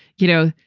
you know,